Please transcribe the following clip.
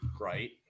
right